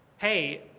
hey